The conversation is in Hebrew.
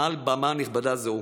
מעל במה נכבדה זו,